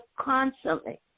constantly